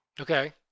Okay